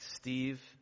Steve